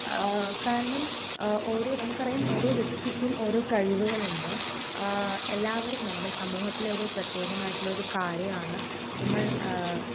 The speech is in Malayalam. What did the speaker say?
കാരണം ഓരോ നമുക്കറിയാം ഓരോ വ്യക്തിക്കും ഓരോ കഴിവുകളുണ്ട് എല്ലാവരും നമ്മുടെ സമൂഹത്തിലെ ഒരു പ്രത്യേകമായിട്ടുള്ളൊരു കാര്യമാണ് നമ്മള്